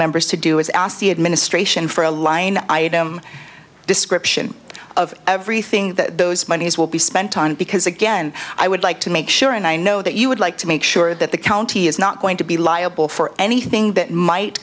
members to do is ask the administration for a line item description of everything that those monies will be spent on because again i would like to make sure and i know that you would like to make sure that the county is not going to be liable for anything that might